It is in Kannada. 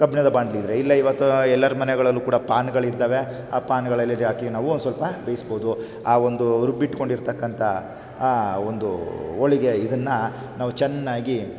ಕಬ್ಬಿಣದ ಬಾಂಡಲಿ ಇದ್ದರೆ ಇಲ್ಲಾ ಇವತ್ತು ಎಲ್ಲರ ಮನೆಗಳಲ್ಲೂ ಕೂಡ ಪಾನ್ಗಳು ಇದ್ದಾವೆ ಆ ಪಾನ್ಗಳಲ್ಲಿ ಹಾಕಿ ನಾವು ಒಂದು ಸ್ವಲ್ಪ ಬೇಯಿಸ್ಬೋದು ಆ ಒಂದು ರುಬ್ಬಿಟ್ಕೊಂಡಿರ್ತಕ್ಕಂಥ ಆ ಒಂದು ಹೋಳಿಗೆ ಇದನ್ನು ನಾವು ಚೆನ್ನಾಗಿ